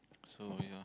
so yeah